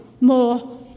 More